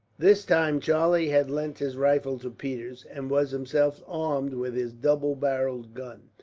this time charlie had lent his rifle to peters, and was himself armed with his double-barrel gun.